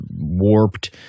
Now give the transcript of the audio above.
warped